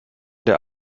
der